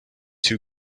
two